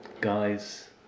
Guys